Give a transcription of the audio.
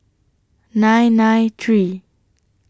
nine nine three